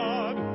God